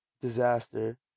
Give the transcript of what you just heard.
disaster